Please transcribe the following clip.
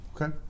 Okay